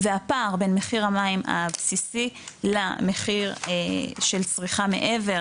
והפער בין מחיר המים הבסיסי למחיר של צריכה מעבר